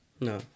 No